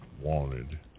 Wanted